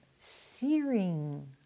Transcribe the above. searing